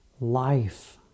life